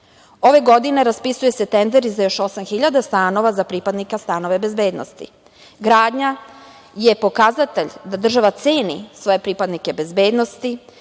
godine raspisuje se tender za još 8.000 stanova za pripadnike bezbednosti. Gradnja je pokazatelj da država ceni svoje pripadnike snaga bezbednosti,